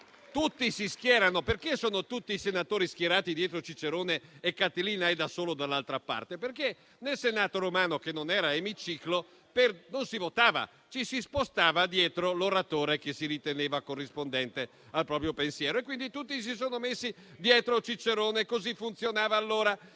tutti si schierano: perché i senatori sono tutti schierati dietro Cicerone e Catilina è da solo dall'altra parte? Nel Senato romano, che non era a emiciclo, non si votava, ma ci si spostava dietro l'oratore che si riteneva corrispondente al proprio pensiero. Tutti si misero quindi dietro Cicerone, perché così funzionava allora.